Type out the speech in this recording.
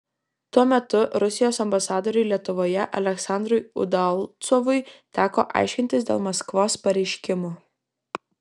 tuo metu rusijos ambasadoriui lietuvoje aleksandrui udalcovui teko aiškintis dėl maskvos pareiškimų